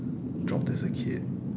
dropped as a kid